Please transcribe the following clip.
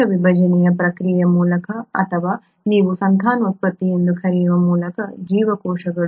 ಕೋಶ ವಿಭಜನೆಯ ಪ್ರಕ್ರಿಯೆಯ ಮೂಲಕ ಅಥವಾ ನೀವು ಸಂತಾನೋತ್ಪತ್ತಿ ಎಂದು ಕರೆಯುವ ಮೂಲಕ ಜೀವಕೋಶಗಳು